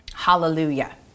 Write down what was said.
Hallelujah